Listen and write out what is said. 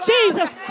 Jesus